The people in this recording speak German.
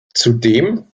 zudem